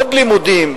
עוד לימודים,